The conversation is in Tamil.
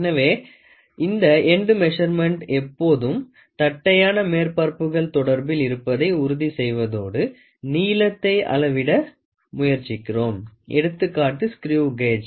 எனவே இந்த எண்டு மெசர்மென்ட் எப்போதும் தட்டையான மேற்பரப்புகள் தொடர்பில் இருப்பதை உறுதி செய்வதோடு நீளத்தை அளவிட முயற்சிக்கிறோம் எடுத்துக்காட்டு ஸ்கிரெவ் காஜ்